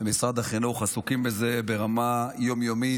משרד החינוך, עסוקים בזה ברמה יום-יומית.